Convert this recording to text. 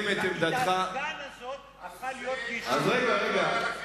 וכיתת הגן הזו הפכה להיות יישוב, אז רגע, רגע.